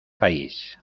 país